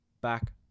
back